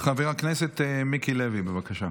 חבר הכנסת מיקי לוי, בבקשה.